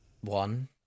One